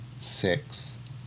six